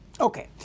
Okay